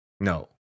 No